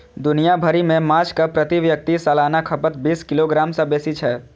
दुनिया भरि मे माछक प्रति व्यक्ति सालाना खपत बीस किलोग्राम सं बेसी छै